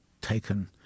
taken